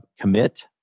Commit